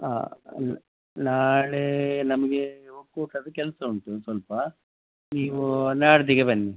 ಹಾಂ ನಾಳೆ ನಮಗೆ ಒಕ್ಕೂಟದ್ದು ಕೆಲಸ ಉಂಟು ಒಂದು ಸ್ವಲ್ಪ ನೀವು ನಾಡಿದ್ದಿಗೆ ಬನ್ನಿ